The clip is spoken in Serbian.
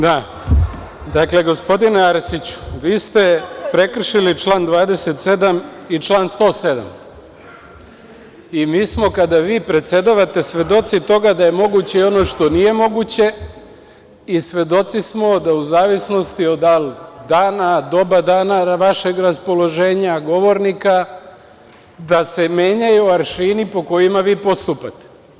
Dakle gospodine Arsiću, vi ste prekršili član 27. i član 107. i mi smo kada vi predsedavate svedoci toga da je moguće i ono što nije moguće i svedoci smo da u zavisnosti od dal dana, doba dana, vašeg raspoloženja, govornika, da se menjaju aršini po kojima vi postupate.